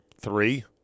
three